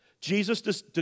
Jesus